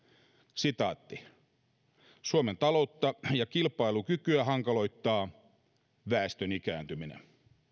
sitaatti suomen taloutta ja kilpailukykyä hankaloittaa väestön ikääntyminen